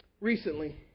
recently